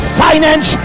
finance